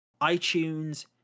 iTunes